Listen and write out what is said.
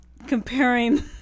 comparing